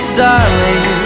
darling